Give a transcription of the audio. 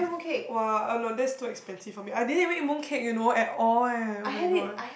!wah! oh no that's too expensive for me I didn't even eat moon cake you know at all eh [oh]-my-god